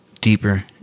deeper